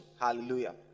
Hallelujah